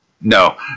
No